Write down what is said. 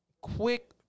quick